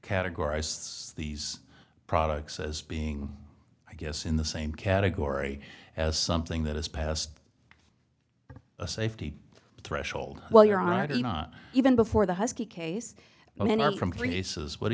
categorize these products as being i guess in the same category as something that has passed a safety threshold while you're on i did not even before the husky case i mean i'm from places